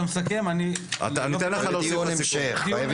חייבים דיון המשך.